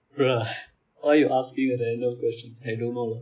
bro why you asking random questions I don't know